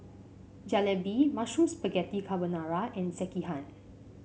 Jalebi Mushroom Spaghetti Carbonara and Sekihan